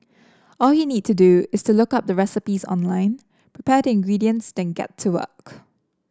all you need to do is to look up the recipes online prepare the ingredients then get to work